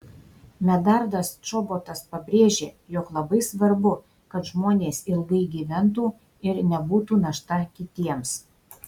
medardas čobotas pabrėžė jog labai svarbu kad žmonės ilgai gyventų ir nebūtų našta kitiems